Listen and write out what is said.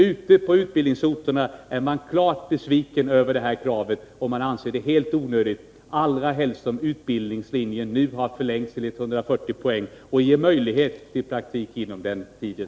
Ute på utbildningsorterna är man klart besviken över kravet på arbetslivserfarenhet, och man anser det helt onödigt, allra helst som utbildningslinjen nu har utvidgats till 140 poäng, med möjlighet till praktik under utbildningstiden.